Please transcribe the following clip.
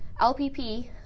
LPP